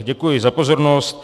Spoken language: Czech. Děkuji za pozornost.